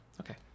okay